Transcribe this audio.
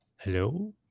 hello